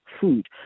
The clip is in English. food